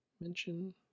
mention